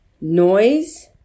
noise